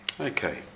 Okay